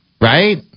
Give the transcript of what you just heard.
right